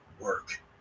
work